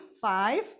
Five